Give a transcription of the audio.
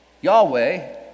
Yahweh